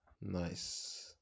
nice